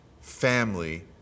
family